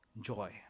joy